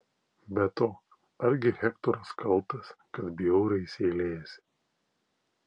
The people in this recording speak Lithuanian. be to argi hektoras kaltas kad bjauriai seilėjasi